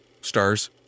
stars